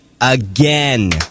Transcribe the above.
again